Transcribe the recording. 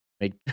make